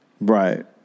Right